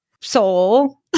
soul